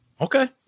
Okay